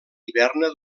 hiberna